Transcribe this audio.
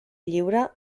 lliure